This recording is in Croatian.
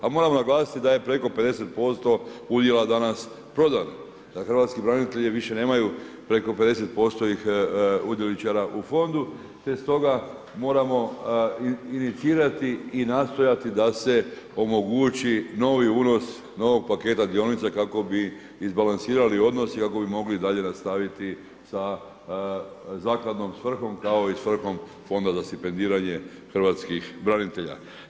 A moramo naglasiti da je preko 50% udjela danas prodano, da hrvatski branitelji više nemaju preko 50% udjeličara u fondu te stoga moramo inicirati i nastojati da se omogući novi unos novog paketa dionica kako bi izbalansirali odnos i kako bi mogli dalje nastaviti sa zakladnom svrhom, kao i svrhom Fonda za stipendiranje hrvatskih branitelja.